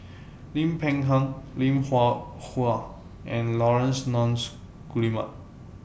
Lim Peng Han Lim Hwee Hua and Laurence Nunns Guillemard